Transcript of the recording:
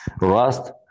Rust